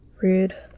Rude